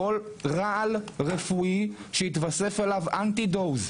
כל רעל רפואי שהתווסף אליו אנטי-דוז,